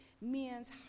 men's